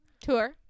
Tour